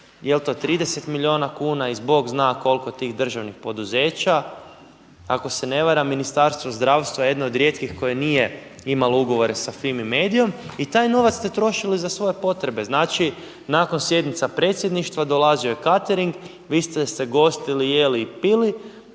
jel to 30 milijuna kuna i bog zna koliko tih državnih poduzeća. Ako se ne varam Ministarstvo zdravstva jedno od rijetkih koje nije imalo ugovore sa FIMI Mediom i taj novac ste trošili za svoje potrebe. Znači nakon sjednica predsjedništva dolazio je catering vi ste se gostili, jeli i pili